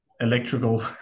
electrical